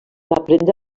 aprendre